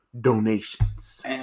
donations